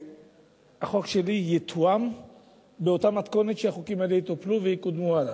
שהחוק שלי יתואם באותה מתכונת שהחוקים האלה יטופלו ויקודמו הלאה.